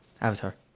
Avatar